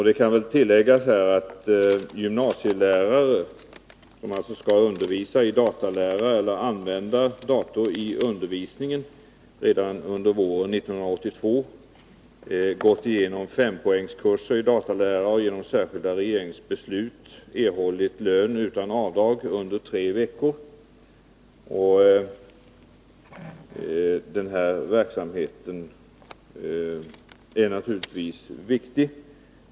Det kan tilläggas att gymnasielärare, som alltså skall undervisa i datalära eller använda dator i undervisningen redan under våren 1982, gått igenom 5-poängskurser i datalära och genom särskilda regeringsbeslut erhållit lön utan avdrag under tre veckor. Den här verksamheten är naturligtvis viktig.